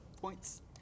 Points